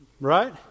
Right